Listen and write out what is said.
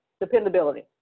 dependability